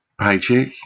paycheck